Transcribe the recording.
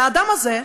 והאדם הזה,